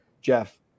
jeff